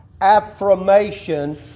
affirmation